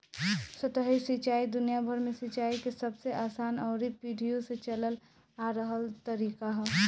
सतही सिंचाई दुनियाभर में सिंचाई के सबसे आसान अउरी पीढ़ियो से चलल आ रहल तरीका ह